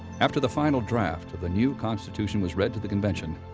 after the final draft of the new constitution was read to the convention,